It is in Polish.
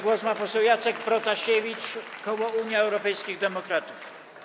Głos ma poseł Jacek Protasiewicz, koło Unia Europejskich Demokratów.